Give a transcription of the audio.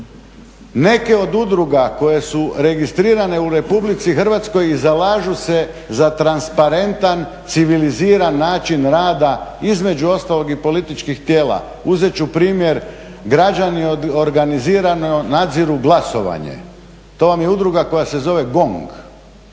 Neke od udruga koje su registrirane u RH i zalažu se za transparentan, civiliziran način rada između ostalog i političkih tijela. Uzet ću primjer, građani organizirano nadziru glasovanje, to vam je udruga koja se zove GONG,